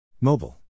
Mobile